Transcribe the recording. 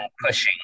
pushing